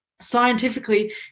Scientifically